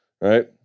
right